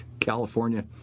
California